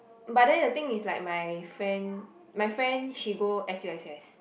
but then the thing is like my friend my friend she go s_u_s_s